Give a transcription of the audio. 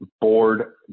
board